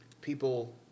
people